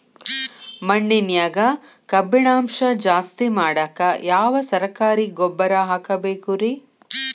ಮಣ್ಣಿನ್ಯಾಗ ಕಬ್ಬಿಣಾಂಶ ಜಾಸ್ತಿ ಮಾಡಾಕ ಯಾವ ಸರಕಾರಿ ಗೊಬ್ಬರ ಹಾಕಬೇಕು ರಿ?